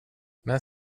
men